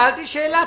שאלתי שאלה.